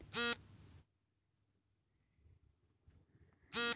ಹವಾಮಾನ ವೈಪರಿತ್ಯದ ಬಗ್ಗೆ ತಿಳಿಯಲು ಏನು ಮಾಡಬೇಕು?